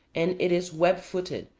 and it is web-footed,